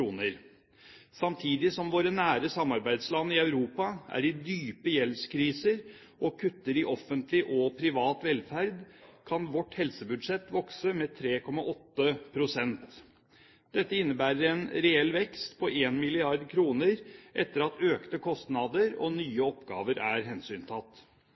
kr. Samtidig som våre nære samarbeidsland i Europa er i dype gjeldskriser og kutter i offentlig og privat velferd, kan vårt helsebudsjett vokse med 3,8 pst. Dette innebærer en reell vekst på 1 mrd. kr etter at økte kostnader og nye oppgaver er hensyntatt.